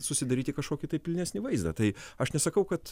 susidaryti kažkokį tai pilnesnį vaizdą tai aš nesakau kad